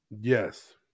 Yes